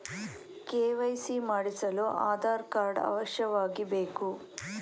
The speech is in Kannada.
ಕೆ.ವೈ.ಸಿ ಮಾಡಿಸಲು ಆಧಾರ್ ಕಾರ್ಡ್ ಅವಶ್ಯವಾಗಿ ಬೇಕು